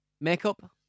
Makeup